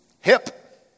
hip